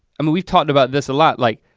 i mean we've talked about this a lot, like,